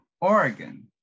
Oregon